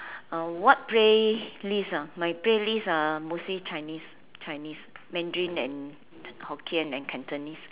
uh what playlist ah my playlist uh mostly chinese chinese mandarin and hokkien and cantonese